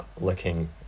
looking